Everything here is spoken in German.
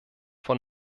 von